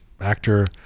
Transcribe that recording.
actor